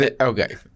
okay